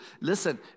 Listen